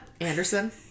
Anderson